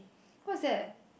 what's that